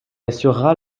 assurera